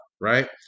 right